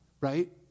right